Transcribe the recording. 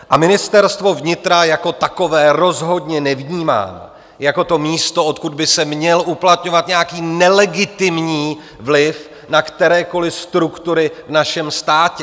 A Ministerstvo vnitra jako takové rozhodně nevnímám jako místo, odkud by se měl uplatňovat nějaký nelegitimní vliv na kterékoliv struktury v našem státě.